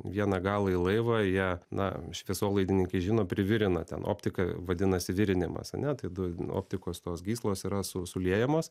vieną galą į laivą jie na šviesolaidininkai žino privirina ten optiką vadinasi virinimas ane tai du optikos tos gyslos yra su suliejamos